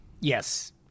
Yes